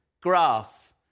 grass